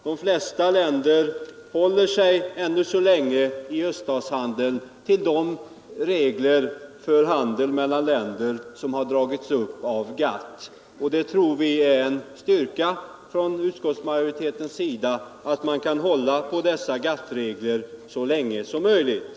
De flesta länder håller sig ännu så länge i sin öststatshandel till de regler för handeln mellan länderna som har dragits upp av GATT, och utskottsmajoriteten tror att det är en styrka att man kan hålla på dessa GATT-regler så länge som möjligt.